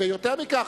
ויותר מכך,